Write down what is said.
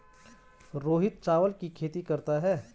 रोहित चावल की खेती करता है